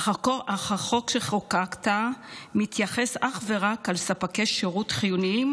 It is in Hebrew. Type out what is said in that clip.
אך החוק שחוקקת מתייחס אך ורק אל ספקי שירות חיוניים